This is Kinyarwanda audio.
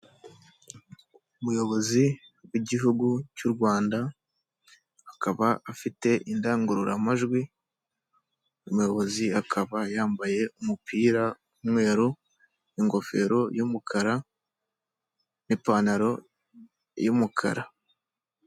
Umuyobozi w'igihugu cy'u Rwanda akaba afite indangururamajwi, umuyobozi akaba yambaye umupira w'umweru, ingofero y'umukara n'ipantaro y'umukara.